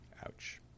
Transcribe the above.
Ouch